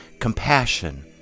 Compassion